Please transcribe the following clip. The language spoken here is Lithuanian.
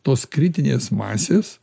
tos kritinės masės